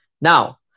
Now